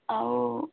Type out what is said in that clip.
ଆଉ